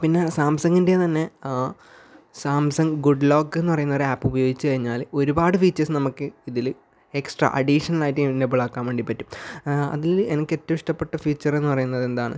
പിന്നെ സാംസങ്ങിൻ്റെ തന്നെ സാംസങ് ഗുഡ് ലോക്ക് എന്ന് പറയുന്ന ഒരു ആപ്പ് ഉപയോഗിച്ച് കഴിഞ്ഞാൽ ഒരുപാട് ഫീച്ചേഴ്സ് നമുക്ക് ഇതിൽ എക്സ്ട്രാ അഡീഷണൽ ആയിട്ട് എനേബിൾ ആക്കാൻ വേണ്ടി പറ്റും അതിൽ എനിക്ക് ഏറ്റവും ഇഷ്ടപ്പെട്ട ഫീച്ചർ എന്നു പറയുന്നത് എന്താണ്